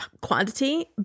quantity